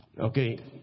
Okay